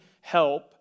help